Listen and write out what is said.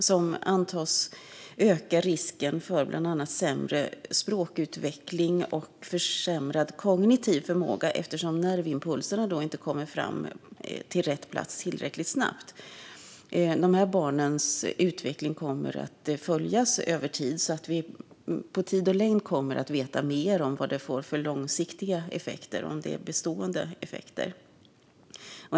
Detta antas öka risken för bland annat sämre språkutveckling och försämrad kognitiv förmåga eftersom nervimpulserna inte kommer fram till rätt plats tillräckligt snabbt. Dessa barns utveckling kommer att följas över tid, så med tiden kommer vi att veta mer om vad det får för långsiktiga och eventuellt bestående effekter.